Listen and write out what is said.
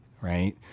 right